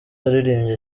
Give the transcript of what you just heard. aririmbye